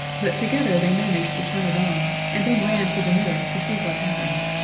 but together they managed to turn it on, and then ran to the mirror to see what happened.